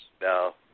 no